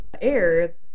Airs